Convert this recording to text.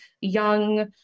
young